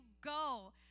Go